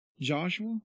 Joshua